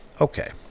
Okay